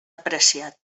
apreciat